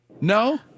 No